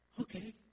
Okay